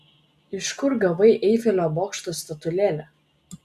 iš kur gavai eifelio bokšto statulėlę